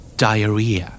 diarrhea